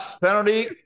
penalty